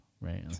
right